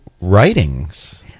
writings